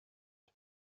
برد